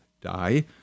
die